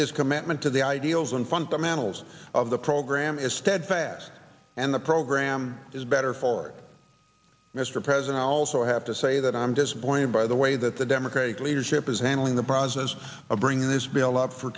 his commitment to the ideals and fundamentals of the program is steadfast and the program is better for it mr president i also have to say that i'm disappointed by the way that the democratic leadership is handling the process of bringing this bill up for